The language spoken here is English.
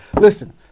listen